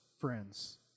friends